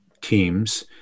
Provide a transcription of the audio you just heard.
teams